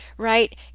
Right